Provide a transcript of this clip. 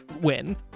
win